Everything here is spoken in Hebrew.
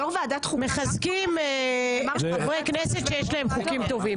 אנחנו מחזקים את חברי הכנסת שיש להם חוקים טובים.